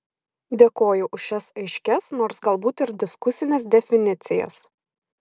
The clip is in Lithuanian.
dėkoju už šias aiškias nors galbūt ir diskusines definicijas